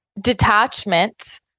Detachment